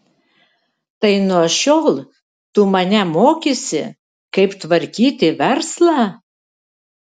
tai nuo šiol tu mane mokysi kaip tvarkyti verslą